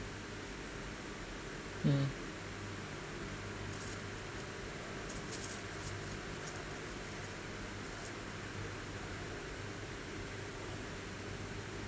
mm